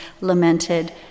lamented